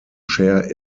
share